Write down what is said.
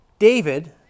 David